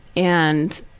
and